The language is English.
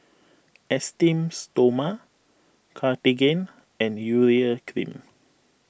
Esteem Stoma Cartigain and Urea Cream